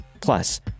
Plus